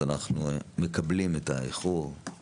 אז אנחנו מקבלים את האיחור.